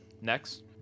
next